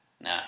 nah